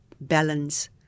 balance